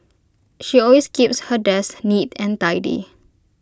she always keeps her desk neat and tidy